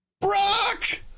Brock